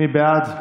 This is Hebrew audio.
מי בעד?